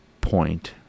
point